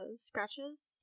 scratches